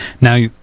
Now